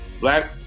Black